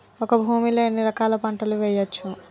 ఒక భూమి లో ఎన్ని రకాల పంటలు వేయచ్చు?